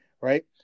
right